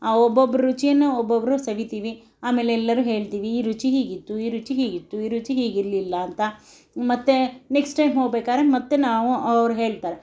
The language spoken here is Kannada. ಒಬ್ಬೊಬ್ರು ರುಚಿಯೂ ಒಬ್ಬೊಬ್ರು ಸವಿತೀವಿ ಆಮೇಲೆಲ್ಲರು ಹೇಳ್ತೀವಿ ಈ ರುಚಿ ಹೀಗಿತ್ತು ಈ ರುಚಿ ಹೀಗಿತ್ತು ಈ ರುಚಿ ಹೀಗಿರಲಿಲ್ಲ ಅಂತ ಮತ್ತೆ ನೆಕ್ಸ್ಟ್ ಟೈಮ್ ಹೋಗ್ಬೇಕಾದ್ರೆ ಮತ್ತೆ ನಾವು ಅವ್ರು ಹೇಳ್ತಾರೆ